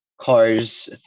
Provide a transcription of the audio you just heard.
Cars